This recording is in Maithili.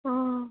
हूँ